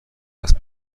وصل